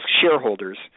shareholders